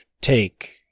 take